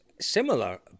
similar